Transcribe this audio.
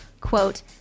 quote